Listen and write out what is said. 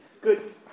Good